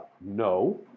No